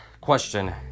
question